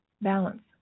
balance